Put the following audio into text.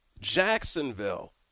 Jacksonville